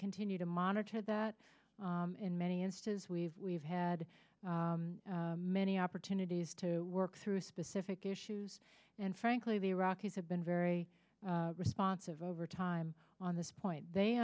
continue to monitor that in many instances we've we've had many opportunities to work through specific issues and frankly the iraqis have been very responsive over time on this point they